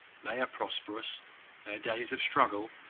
they are prosperous their days of struggle,